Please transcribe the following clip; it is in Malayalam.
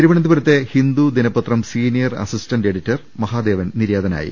തിരുവനന്തപുരത്തെ ഹിന്ദു ദിനപത്രം സിനീയർ അസിസ്റ്റന്റ് എഡിറ്റർ മഹാദേവൻ നിര്യാതനായി